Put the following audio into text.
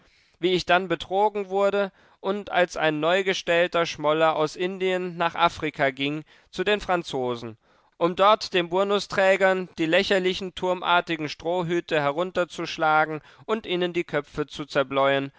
wie ich dann betrogen wurde und als ein neugestählter schmoller aus indien nach afrika ging zu den franzosen um dort den burnusträgern die lächerlichen turmartigen strohhüte herunterzuschlagen und ihnen die köpfe zu